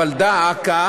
אבל דא עקא